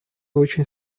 очень